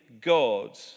God